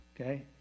Okay